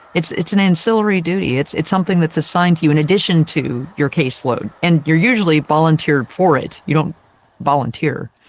it's, it's an ancillary duty. it's, it's something that's assigned to you in addition to your caseload, and you're usually volunteered for it, you don't volunteer.